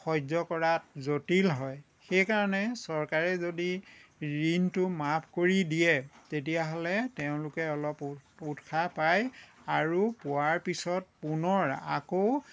সহ্য কৰা জটিল হয় সেইকাৰণে চৰকাৰে যদি ঋণটো মাফ কৰি দিয়ে তেতিয়াহ'লে তেওঁলোকে অলপ উৎসহ পায় আৰু পোৱাৰ পিছত পুনৰ আকৌ